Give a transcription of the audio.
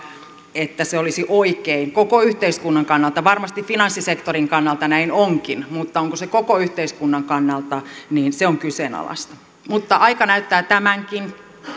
että se olisi oikein koko yhteiskunnan kannalta varmasti finanssisektorin kannalta näin onkin mutta onko se koko yhteiskunnan kannalta se on kyseenalaista mutta aika näyttää tämänkin